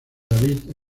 david